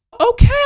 Okay